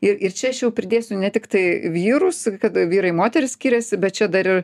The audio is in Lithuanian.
ir ir čia aš jau pridėsiu ne tiktai vyrus kad vyrai moterys skiriasi bet čia dar ir